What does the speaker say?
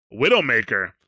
Widowmaker